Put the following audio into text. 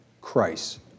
Christ